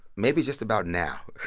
maybe just about now